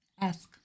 Ask